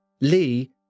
Lee